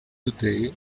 today